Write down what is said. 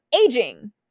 aging